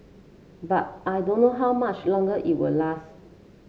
but I don't know how much longer it will last